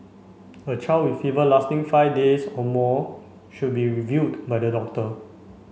a child with fever lasting five days or more should be reviewed by the doctor